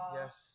yes